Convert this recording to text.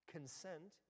Consent